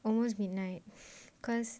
almost midnight cause